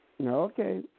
Okay